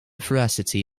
veracity